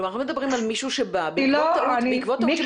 אנחנו מדברים על מישהו שבא בעקבות טעות שמדינת ישראל עשתה.